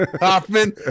Hoffman